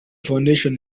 foundation